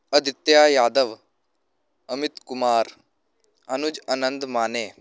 Aditya Yadav Amit Kumar Anuj Anand Mane